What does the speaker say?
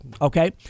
Okay